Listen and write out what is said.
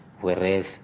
whereas